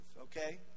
okay